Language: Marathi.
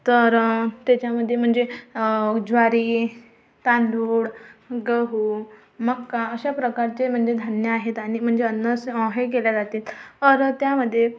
तर त्याच्यामध्ये म्हणजे ज्वारी तांदूळ गहू मका अशा प्रकारचे म्हणजे धान्य आहेत आणि म्हणजे अन्न स हे केल्या जातेत अर त्यामध्ये